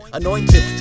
anointed